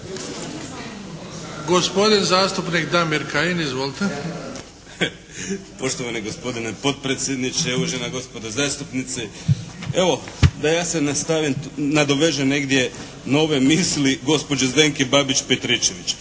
Gospodin zastupnik Damir Kajin. Izvolite! **Kajin, Damir (IDS)** Poštovani gospodine potpredsjedniče, uvažena gospodo zastupnici! Evo, da ja se nastavim, nadovežem negdje na ove misli gospođe Zdenke Babić Petričević.